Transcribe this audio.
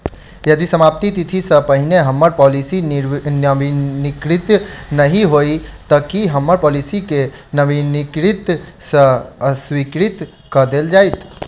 यदि समाप्ति तिथि सँ पहिने हम्मर पॉलिसी नवीनीकृत नहि होइत तऽ की हम्मर पॉलिसी केँ नवीनीकृत सँ अस्वीकृत कऽ देल जाइत?